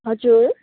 हजुर